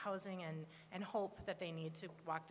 housing and and hope that they need to walk